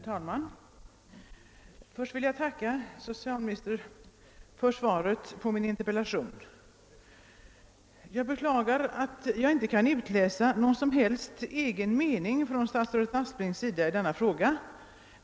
Herr talman! Jag vill först tacka socialministern för svaret på min interpellation. Jag beklagar att jag inte kan utläsa någon som helst egen mening hos statsrådet Aspling i denna fråga.